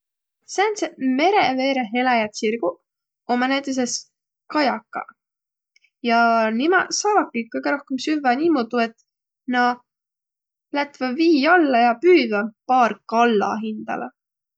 Sääntseq mere veereh eläjäq tsirguq ommaq näütüses kajakaq. Ja nimäq saavaki kõgõ rohkõmb süvväq niimuudu, et na lätväq vii alla ja püüdväq paar kalla hindäle.